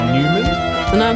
Newman